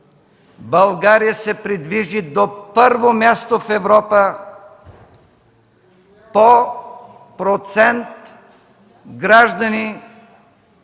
България се придвижи до първо място в Европа по процент граждани,